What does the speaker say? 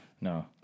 No